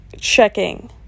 checking